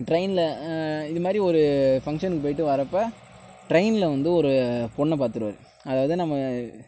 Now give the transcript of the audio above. டிரெயினில் இது மாதிரி ஒரு ஃபங்சனுக்கு போய்ட்டு வரப்போ டிரெயினில் வந்து ஒரு பொண்ணை பாத்துடுவார் அதாவது நம்ம